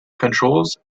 controls